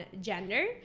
gender